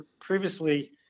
previously